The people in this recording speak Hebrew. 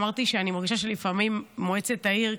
אמרתי פעם שאני מרגישה שלפעמים במועצת העיר,